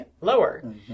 lower